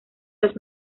los